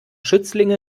schützlinge